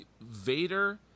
Vader